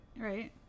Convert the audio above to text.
Right